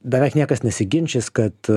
beveik niekas nesiginčys kad